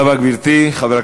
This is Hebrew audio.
מה?